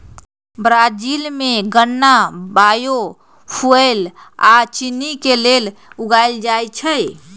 Brazil में गन्ना biofuel आ चिन्नी के लेल उगाएल जाई छई